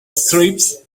stripes